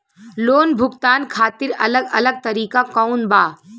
Loan भुगतान खातिर अलग अलग तरीका कौन बा?